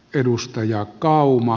edustaja kauma